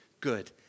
good